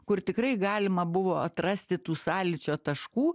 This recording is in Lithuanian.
kur tikrai galima buvo atrasti tų sąlyčio taškų